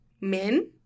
men